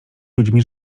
ludźmi